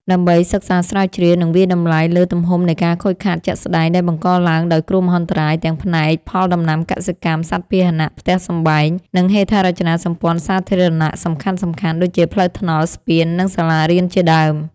ដើម្បីសិក្សាស្រាវជ្រាវ និងវាយតម្លៃលើទំហំនៃការខូចខាតជាក់ស្តែងដែលបង្កឡើងដោយគ្រោះមហន្តរាយ ទាំងផ្នែកផលដំណាំកសិកម្ម សត្វពាហណៈ ផ្ទះសម្បែង និងហេដ្ឋារចនាសម្ព័ន្ធសាធារណៈសំខាន់ៗដូចជាផ្លូវថ្នល់ ស្ពាន និងសាលារៀនជាដើម។